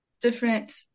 different